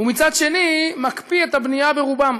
ומצד שני מקפיא את הבנייה ברובם.